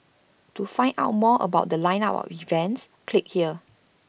to find out more about The Line up of events click here